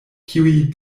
kiuj